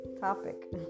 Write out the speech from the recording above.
topic